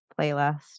playlist